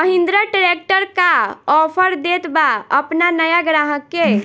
Mahindra tractor का offer देत बा अपना नया ग्राहक के?